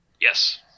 Yes